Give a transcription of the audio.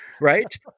Right